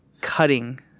cutting